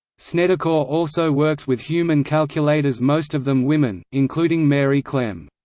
snedecor also worked with human calculators most of them women, including mary clem.